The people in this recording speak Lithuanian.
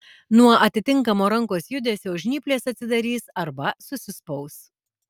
nuo atitinkamo rankos judesio žnyplės atsidarys arba susispaus